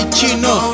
Chino